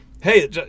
hey